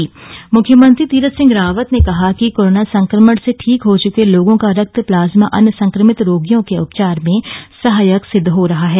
मुख्यमंत्री अपील मुख्यमंत्री तीरथ सिंह रावत ने कहा है कि कोरोना संक्रमण से ठीक हो चुके लोगों का रक्त प्लाज्मा अन्य संक्रमित रोगियों के उपचार में सहायक सिद्ध हो रहा है